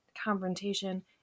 confrontation